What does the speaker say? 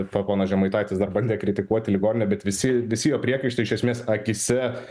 p ponas žemaitaitis dar bandė kritikuoti ligoninę bet visi visi jo priekaištai iš esmės akyse